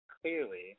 clearly